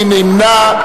מי נמנע?